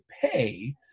pay